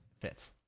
fits